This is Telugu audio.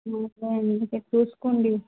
ఓకే అండి ఒకసారి చూసుకోండి